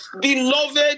Beloved